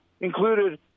included